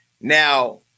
Now